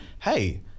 hey